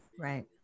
Right